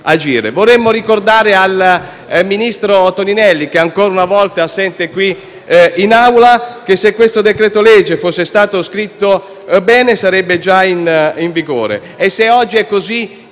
Vorremmo ricordare al ministro Toninelli, ancora una volta assente da quest’Aula che, se questo decreto-legge fosse stato scritto bene, sarebbe già in vigore e, se oggi è così